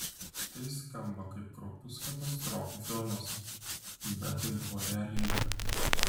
tai skamba kaip kraupus katastrofų filmas bet tai buvo realybė